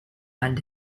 and